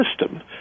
system